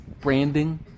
branding